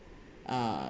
uh